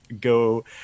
go